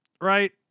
right